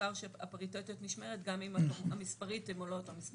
העיקר שהפריטטיות נשמרת, גם אם המספרים לא שווים.